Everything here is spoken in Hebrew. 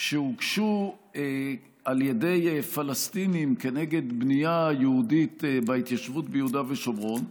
שהוגשו על ידי פלסטינים כנגד בנייה יהודית בהתיישבות ביהודה ושומרון,